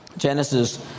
Genesis